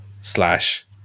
slash